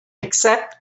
except